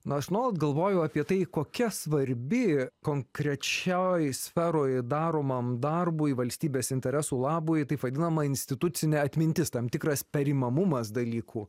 nu aš nuolat galvojau apie tai kokia svarbi konkrečioj sferoj daromam darbui valstybės interesų labui taip vadinama institucinė atmintis tam tikras perimamumas dalykų